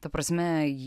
ta prasme